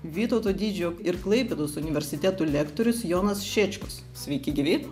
vytauto didžiojo ir klaipėdos universitetų lektorius jonas šėčkus sveiki gyvi